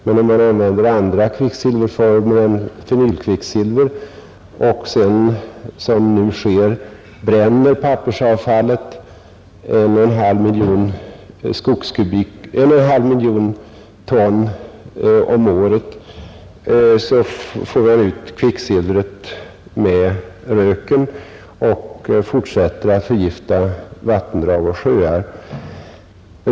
Men om man använder andra kvicksilverformer än fenylkvicksilver och sedan, som nu sker, bränner pappersavfallet — 1,5 miljon ton om året — får man ut kvicksilvret med röken och fortsätter att förgifta vattendrag och sjöar.